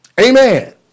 Amen